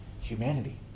humanity